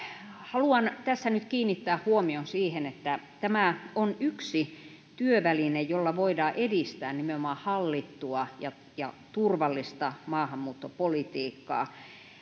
haluan tässä nyt kiinnittää huomion siihen että tämä on yksi työväline jolla voidaan edistää nimenomaan hallittua ja ja turvallista maahanmuuttopolitiikkaa